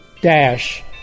Dash